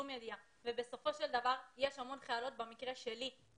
כמו במקרה שלי.